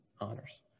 honors